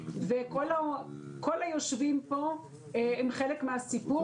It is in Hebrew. וכל היושבים פה הם חלק מהסיפור,